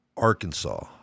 Arkansas